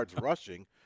rushing